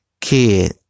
kid